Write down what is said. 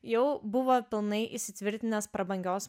jau buvo pilnai įsitvirtinęs prabangios